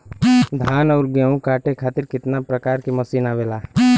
धान और गेहूँ कांटे खातीर कितना प्रकार के मशीन आवेला?